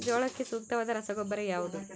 ಜೋಳಕ್ಕೆ ಸೂಕ್ತವಾದ ರಸಗೊಬ್ಬರ ಯಾವುದು?